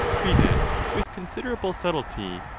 treated with considerable subtlety,